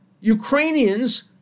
Ukrainians